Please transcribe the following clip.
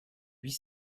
huit